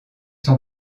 sont